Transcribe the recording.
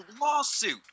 lawsuit